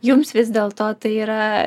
jums vis dėlto tai yra